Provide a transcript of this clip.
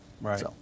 Right